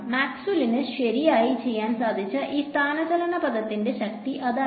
മാക്സ്വെല്ലിന് ശരിയായി ചെയ്യാൻ സാധിച്ച ഈ സ്ഥാനചലന പദത്തിന്റെ ശക്തി അതായിരുന്നു